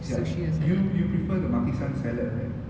ya you you prefer the makisan salad right